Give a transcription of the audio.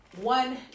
one